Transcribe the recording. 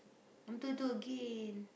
want do do again